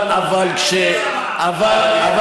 זה